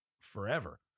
forever